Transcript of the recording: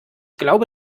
glaube